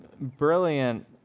brilliant